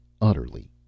utterly